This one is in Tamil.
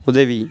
உதவி